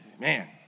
man